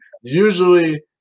usually